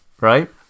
right